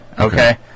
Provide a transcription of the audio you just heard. Okay